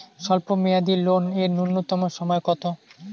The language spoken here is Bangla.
স্বল্প মেয়াদী লোন এর নূন্যতম সময় কতো?